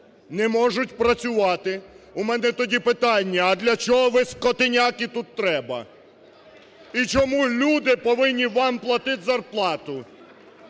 не можуть працювати, у мене тоді питання, а для чого ви, скотиняки, тут треба! І чому люди повинні вам платити зарплату?